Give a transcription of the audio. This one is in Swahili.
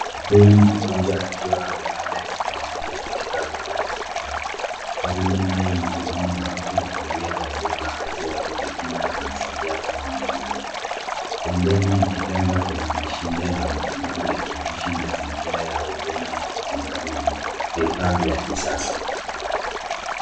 Huyu ni mgonjwa akiwa amelala kitandani katika wodi ya hospitali. Karibu naye mhudumu wa afya aliyevalia mavazi ya kujikinga anamsaidia kwa uangalifu. Pembeni ya kitanda kuna mashine ya matibabu ikionyesha mazingira ya huduma ya kitibabu yenye vifaa vya kisasa.